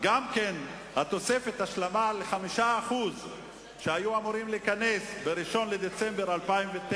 גם תוספת ההשלמה של 5% שהיתה אמורה להיכנס ב-1 בדצמבר 2009,